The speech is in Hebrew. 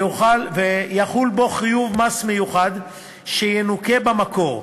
ויחול בו חיוב מס מיוחד שינוכה במקור.